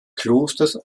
klosters